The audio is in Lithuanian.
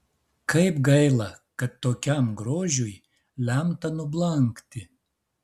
kaip gaila kad tokiam grožiui lemta nublankti